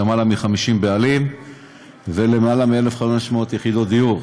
יותר מ-50 בעלים ויותר מ-1,500 יחידות דיור,